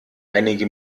einige